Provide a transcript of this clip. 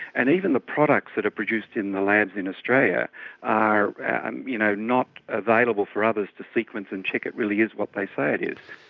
and even the products that are produced in the labs in australia are and you know not available for others to sequence and check it really is what they say it is.